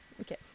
okay